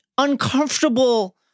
uncomfortable